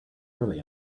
early